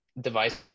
device